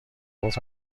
گفت